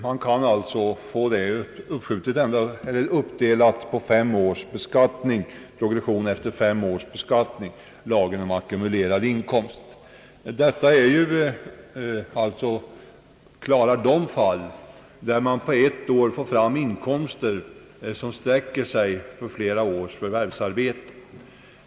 Enligt lagen om ackumulerad inkomst kan man nu i sådana fall få progressionen beräknad på intill fem års inkomster, Detta klarar de fall då en inkomsttagare på ett år får fram inkomster som härrör från flera års förvärvsarbete.